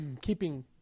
keeping